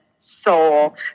soul